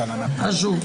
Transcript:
מהזמן.